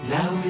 Now